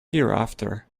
hereafter